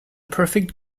perfect